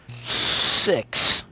six